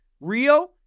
Rio